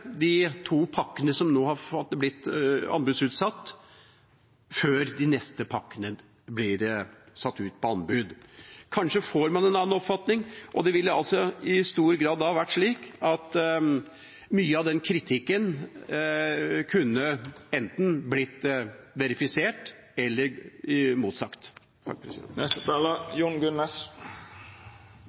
de to pakkene som nå har blitt anbudsutsatt, før de neste pakkene blir satt ut på anbud. Kanskje får man en annen oppfatning, og det vil i stor grad være slik at mye av den kritikken enten kan bli verifisert eller